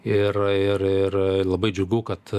ir ir ir labai džiugu kad